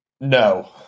No